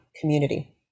community